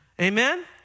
amen